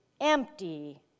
empty